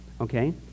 okay